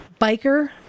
biker